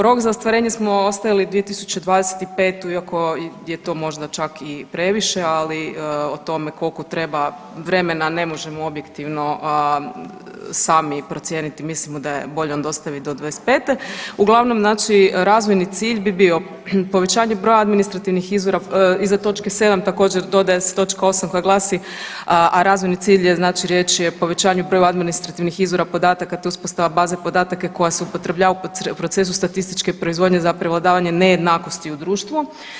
Rok za ostvarenje smo ostavili 2025. iako je to možda čak i previše, ali o tome koliko treba vremena ne možemo objektivno sami procijeniti, mislimo da je onda bolje ostaviti do '25., uglavnom razvojni cilj bi bio povećanje broja administrativnih izvora, iza točke 7 također dodaje se točka 8 koja glasi, a razvojni cilj je riječ o povećanju broja administrativnih izvora podataka te uspostave baza podataka koja se upotrebljava u procesu statističke proizvodnje za prevladavanje nejednakosti u društvu.